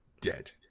Dead